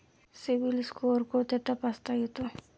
CIBIL score कुठे तपासता येतो?